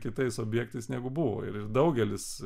kitais objektais negu buvo ir daugelis